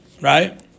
right